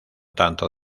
tanto